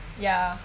ya